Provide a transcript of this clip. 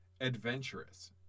adventurous